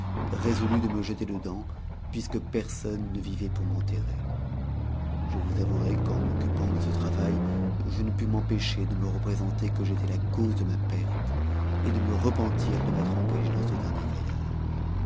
résolu de me jeter dedans puisque personne ne vivait pour m'enterrer je vous avouerai qu'en m'occupant de ce travail je ne pus m'empêcher de me représenter qu'j'étais la cause de ma perte et de me repentir de m'être engagé dans c dernier voyage